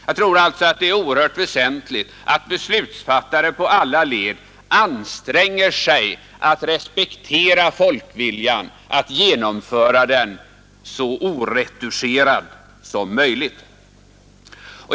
Jag tror alltså att det är oerhört väsentligt att beslutsfattarna i alla led anstränger sig att respektera folkviljan och att genomföra den så oretuscherad som möjligt.